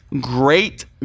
great